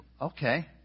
Okay